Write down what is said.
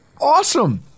Awesome